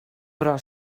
però